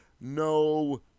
no